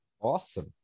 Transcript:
Awesome